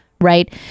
right